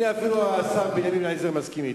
אפילו השר בנימין בן-אליעזר מסכים אתי,